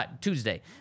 Tuesday